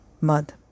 mud